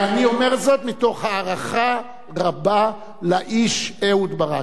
ואני אומר זאת מתוך הערכה רבה לאיש אהוד ברק.